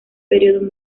periodo